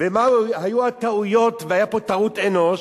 ומה היו הטעויות, והיתה פה טעות אנוש,